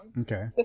Okay